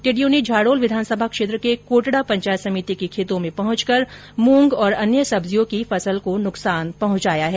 टिड्डियों ने झाडोल विधानसभा क्षेत्र के कोटडा पंचायत समिति के खेतों में पहुंचकर मूंग व अन्य सब्जियों की फसल को नुकसान पहुंचाया है